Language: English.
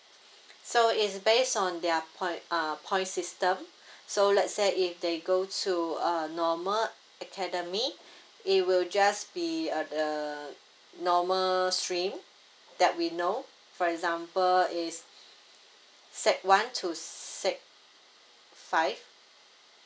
so it's based on their point err points system so let's say if they go to a normal academy it will just be a uh normal stream that we know for example is sec one to sec five